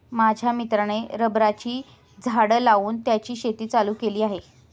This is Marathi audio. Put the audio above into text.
माझ्या मित्राने रबराची झाडं लावून त्याची शेती चालू केली आहे